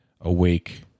awake